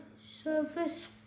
service